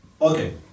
Okay